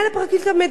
ושלישית,